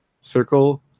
circle